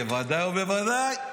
-- ועופר כסיף בוודאי ובוודאי.